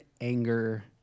anger